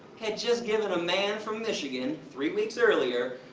had just giving a man from michigan, three weeks earlier,